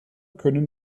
können